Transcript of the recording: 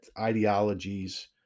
ideologies